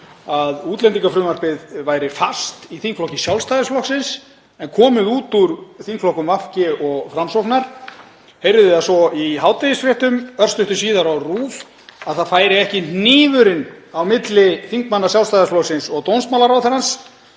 að útlendingafrumvarpið væri fast í þingflokki Sjálfstæðisflokksins en komið út úr þingflokkum VG og Framsóknar. Heyrði það svo í hádegisfréttum örstuttu síðar á RÚV að það kæmist ekki hnífurinn á milli þingmanna Sjálfstæðisflokksins og dómsmálaráðherrans.